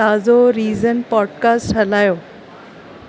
ताज़ो रीज़न पॉडकास्ट हलायो